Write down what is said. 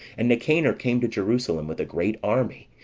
and nicanor came to jerusalem with a great army,